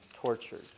tortured